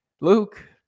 Luke